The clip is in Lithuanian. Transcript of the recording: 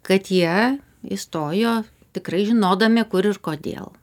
kad jie įstojo tikrai žinodami kur ir kodėl